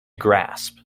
grasp